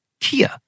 Kia